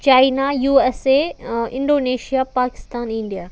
China USA Indonesia Pakistan India